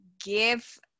give